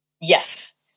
Yes